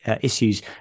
issues